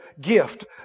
gift